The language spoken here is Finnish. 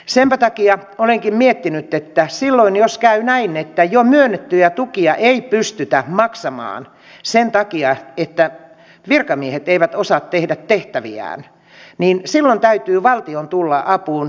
senpä takia olenkin miettinyt että jos käy näin että jo myönnettyjä tukia ei pystytä maksamaan sen takia että virkamiehet eivät osaa tehdä tehtäviään silloin täytyy valtion tulla apuun